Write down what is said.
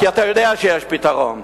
כי אתה יודע שיש פתרון.